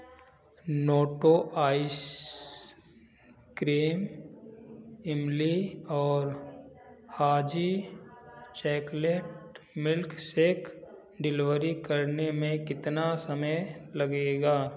Noto ice cream इमली और हाजी चॅकलेट मिल्क सेक डिलवरी करने में कितना समय लगेगा